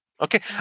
Okay